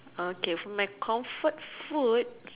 okay for my comfort food